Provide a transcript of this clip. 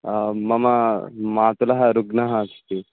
आं मम मातुलः रुग्णः अस्ति